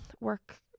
work